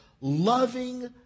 loving